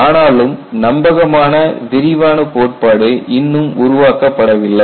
ஆனாலும் நம்பகமான விரிவான கோட்பாடு இன்னும் உருவாக்கப்படவில்லை